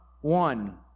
one